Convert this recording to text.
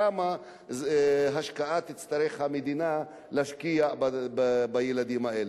כמה השקעה תצטרך המדינה להשקיע בילדים האלה?